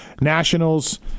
Nationals